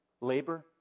labor